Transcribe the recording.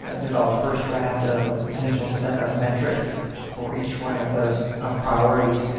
ah developed a first draft of a potential set of metrics for each one of those priorities.